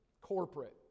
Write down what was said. Corporate